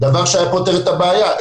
דבר שהיה פותר את הבעיה.